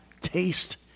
taste